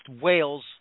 Wales